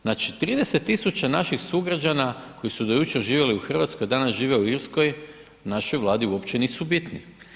Znači 30 tisuća naših sugrađana koji su do jučer živjeli u Hrvatskoj a danas žive u Irskoj, našoj Vladi uopće nisu bitni.